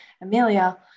Amelia